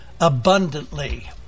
abundantly